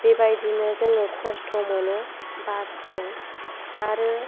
बेबायदिनो जोङो खस्त' मोनो बासजों आरो